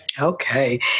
okay